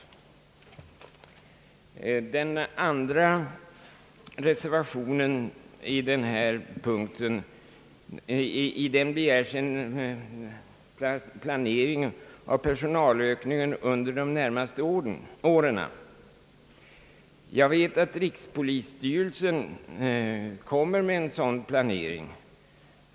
I den andra reservationen vid den här punkten begärs en fast planering av personalökningen under de närmaste åren. Jag vet att rikspolisstyrelsen kommer med en sådan planering.